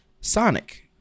Sonic